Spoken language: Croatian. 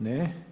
Ne.